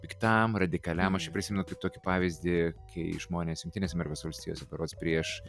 piktam radikaliam aš čia prisimenu kaip tokį pavyzdį kai žmonės jungtinėse amerikos valstijose berods prieš